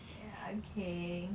ya okay